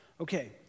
Okay